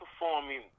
performing